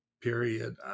period